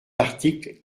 article